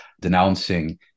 denouncing